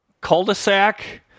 cul-de-sac